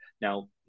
Now